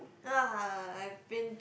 ah I've been